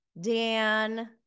Dan